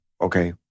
Okay